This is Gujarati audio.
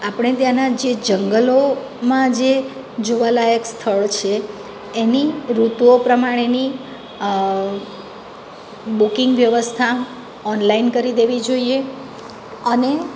આપણે ત્યાંના જે જંગલોમાં જે જોવાલાયક સ્થળ છે એની ઋતુઓ પ્રમાણેની બુકિંગ વ્યવસ્થા ઓનલાઇન કરી દેવી જોઈએ અને